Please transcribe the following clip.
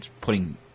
putting –